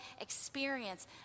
experience